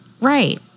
Right